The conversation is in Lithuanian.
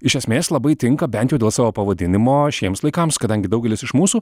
iš esmės labai tinka bent jau dėl savo pavadinimo šiems laikams kadangi daugelis iš mūsų